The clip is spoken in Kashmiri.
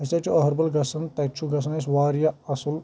أسۍ حظ چھِ أہربل گژھان تتہِ چھُ گژھان اسہِ واریاہ اصٕل